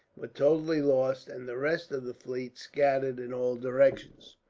were totally lost and the rest of the fleet scattered in all directions.